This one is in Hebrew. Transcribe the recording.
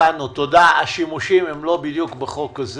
כל עוד לא יעבור תקציב לשנת 2021 לצורכי הקורונה,